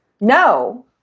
No